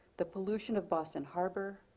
the pollution of boston harbor,